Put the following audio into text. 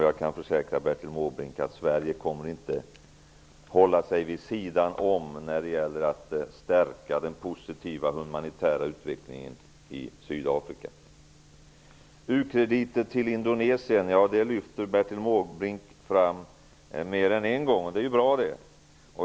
Jag kan försäkra Bertil Måbrink om att Sverige inte kommer att hålla sig vid sidan om när det gäller att stärka den positiva humanitära utvecklingen i Sydafrika. Bertil Måbrink lyfter fram frågan om u-krediter till Indonesien mer än en gång. Det är bra.